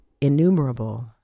innumerable